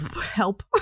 Help